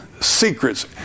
secrets